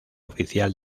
oficial